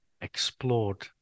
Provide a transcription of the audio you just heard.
explored